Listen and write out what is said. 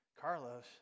Carlos